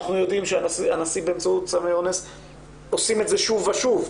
אנחנו יודעים שאנסים באמצעות סמי אונס עושים את זה שוב ושוב,